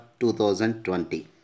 2020